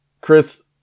Chris